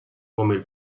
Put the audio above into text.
come